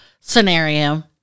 scenario